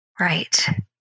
Right